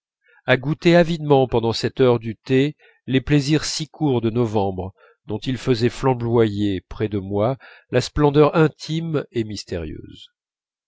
à goûter avidement pendant cette heure du thé les plaisirs si courts de novembre dont ils faisaient flamber près de moi la splendeur intime et mystérieuse